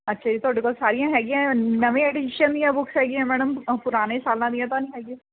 ਅੱਛਾ ਜੀ ਤੁਹਾਡੇ ਕੋਲ ਸਾਰੀਆਂ ਹੈਗੀਆਂ ਨਵੇਂ ਆਡੀਸ਼ਨ ਦੀਆਂ ਬੁੱਕਸ ਹੈਗੀਆ ਮੈਡਮ ਪੁਰਾਣੇ ਸਾਲਾਂ ਦੀਆਂ ਤਾਂ ਨਹੀਂ ਹੈਗੀਆਂ